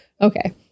okay